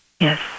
Yes